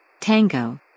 Tango